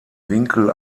winkel